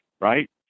right